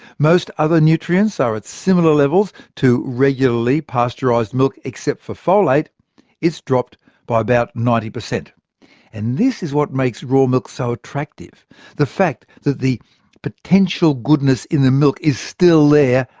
most other nutrients are at similar levels to regularly pasteurised milk, except for folate it's dropped by about ninety per cent. and this is what makes raw milk so attractive the fact that the potential goodness in the milk is still there,